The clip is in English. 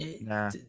Nah